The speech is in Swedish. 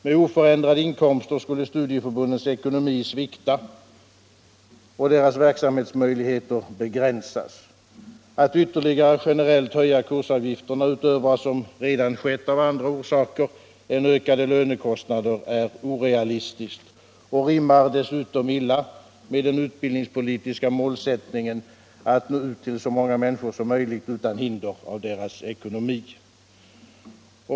Med oförändrade inkomster skulle studieförbundens ekonomi svikta och deras verksamhetsmöjligheter begränsas. Att ytterligare generellt höja kursavgifterna utöver vad som redan skett av andra orsaker än ökade lönekostnader är orealistiskt och rimmar dessutom illa med den utbildningspolitiska målsättningen att nå ut till så många människor som möjligt utan hinder av deras ekonomi.